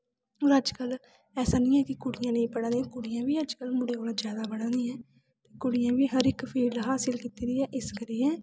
अजकल्ल ऐसा निं ऐ कि कुड़ियां निं पढ़ा दियां कुड़ियां बी अजकल्ल मुड़ें कोला जादा पढ़ा दियां ऐं कुड़ियें बी हर इक फील्ड हासल कीती दी ऐ इस करियै